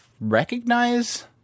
recognize